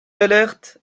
alertes